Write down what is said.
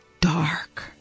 dark